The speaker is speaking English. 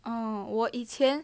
oh 我以前